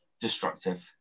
destructive